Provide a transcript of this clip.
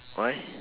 why